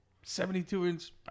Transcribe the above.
72-inch